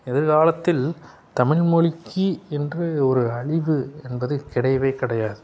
எதிர்க்காலத்தில் தமிழ் மொழிக்கி என்று ஒரு அழிவு என்பது கிடையவே கிடையாது